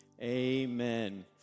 amen